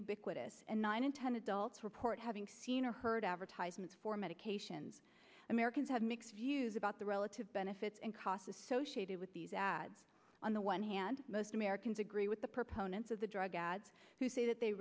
ubiquitous and nine in ten adults report having seen or heard advertisements for medications americans have mixed views about the relative benefits and costs associated with these ads on the one hand most americans agree with the proponents of the drug ads who say that they